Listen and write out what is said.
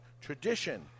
tradition